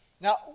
Now